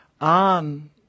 on